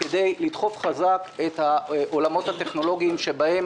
כדי לדחוף חזק את העולמות הטכנולוגיים שבהם